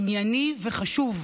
ענייני וחשוב.